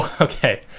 Okay